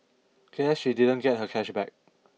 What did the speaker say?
guess she didn't get her cash back